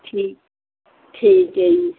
ਠੀਕ ਠੀਕ ਹੈ ਜੀ